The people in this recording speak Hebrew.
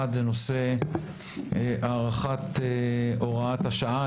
אחד זה נושא הארכת הוראת השעה.